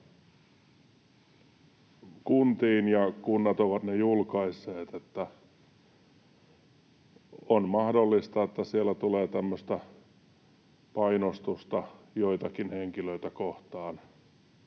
kuntiin ja kunnat ovat ne julkaisseet, niin on mahdollista, että siellä tulee tämmöistä painostusta joitakin henkilöitä kohtaan.